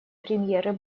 премьеры